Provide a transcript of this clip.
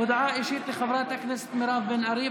הודעה אישית של חברת הכנסת מירב בן ארי,